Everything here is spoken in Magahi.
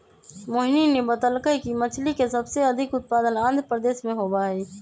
मोहिनी ने बतल कई कि मछ्ली के सबसे अधिक उत्पादन आंध्रप्रदेश में होबा हई